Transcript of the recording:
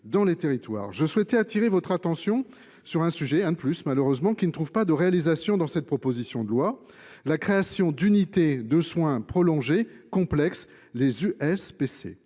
dans les territoires. Je souhaite attirer votre attention sur un sujet – un de plus, malheureusement – qui n’est pas pris en compte dans cette proposition de loi : la création d’unités de soins prolongés complexes (USPC).